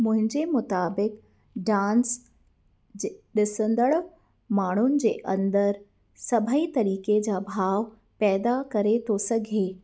मुंहिंजे मुताबिक़ि डांस ज ॾिसंदणु माण्हुनि जे अंदरि सभेई तरीक़े जा भाव पैदा करे थो सघे